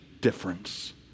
difference